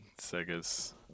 Sega's